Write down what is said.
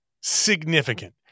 significant